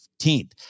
15th